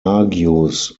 argues